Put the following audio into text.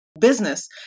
business